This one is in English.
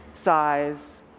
size,